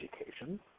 education